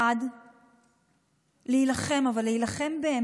1. להילחם באמת